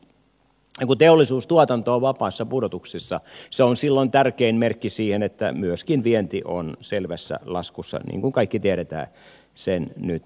ja kun teollisuustuotanto on vapaassa pudotuksessa se on silloin tärkein merkki siitä että myöskin vienti on selvässä laskussa niin kuin kaikki tiedämme sen nyt olleen